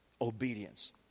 Obedience